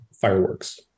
fireworks